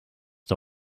the